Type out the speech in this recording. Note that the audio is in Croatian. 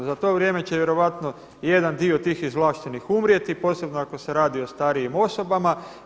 Za to vrijeme će vjerojatno jedan dio tih izvlaštenih umrijeti posebno ako se radi o starijim osobama.